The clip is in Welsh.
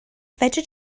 fedri